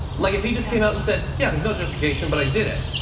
like if he just came out and said, yeah, there's no justification but i did it.